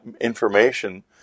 information